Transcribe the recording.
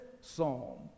Psalm